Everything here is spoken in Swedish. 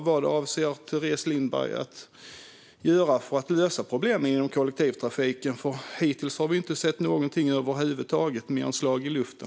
Vad avser Teres Lindberg att göra för att lösa problemen inom kollektivtrafiken? Hittills har vi inte sett något annat än slag i luften.